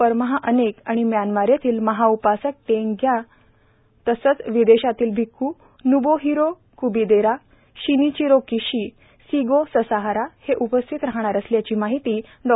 परमहा अनेक आणि मॅनमार येथील महाउपासक टेंग ग्यार तसंच विदेशातील भिख्खू नोब्हीरो क्बीदेरो शिनीचिरो किशी सिगो ससाहारा हे उपस्थित राहणार असल्याची माहिती डॉ